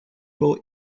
for